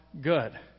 good